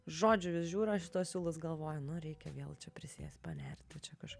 žodžiu vis žiūriu aš į tuos siūlus galvoju nu reikia vėl čia prisėst panerti čia kaž